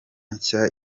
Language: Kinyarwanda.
nshya